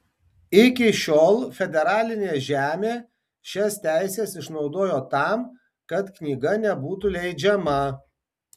iki šiol federalinė žemė šias teises išnaudojo tam kad knyga nebūtų leidžiama